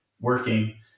working